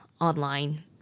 online